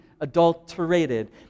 adulterated